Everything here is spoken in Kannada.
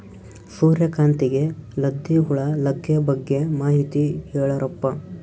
ಸೂರ್ಯಕಾಂತಿಗೆ ಲದ್ದಿ ಹುಳ ಲಗ್ಗೆ ಬಗ್ಗೆ ಮಾಹಿತಿ ಹೇಳರಪ್ಪ?